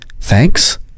thanks